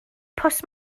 pws